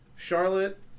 Charlotte